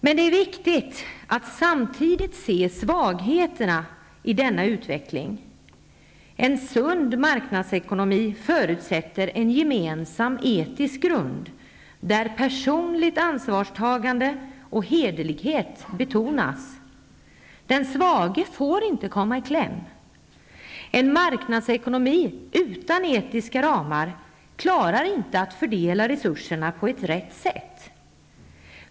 Men det är viktigt att samtidigt se svagheterna i denna utveckling. En sund marknadsekonomi förutsätter en gemensam etisk grund, där personligt ansvarstagande och hederlighet betonas. Den svage får inte komma i kläm. En marknadsekonomi utan etiska ramar klarar inte att fördela resurserna på rätt sätt.